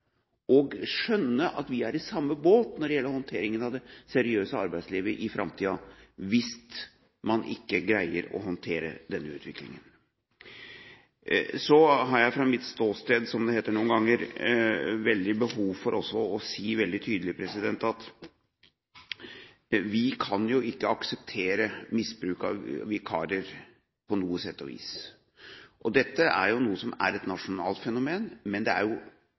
at vi er i samme båt når det gjelder håndteringen av det seriøse arbeidslivet i framtiden hvis man ikke greier å håndtere denne utviklingen. Så har jeg fra mitt ståsted – som det noen ganger heter – veldig behov for også å si veldig tydelig at vi kan ikke akseptere misbruk av vikarer på noen måte. Dette er noe som er et nasjonalt fenomen, men det er jo